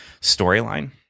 storyline